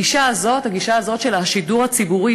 הגישה הזאת של השידור הציבורי,